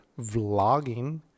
vlogging